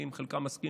אני עם חלקן מסכים,